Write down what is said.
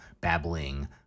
babbling